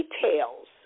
details